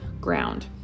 ground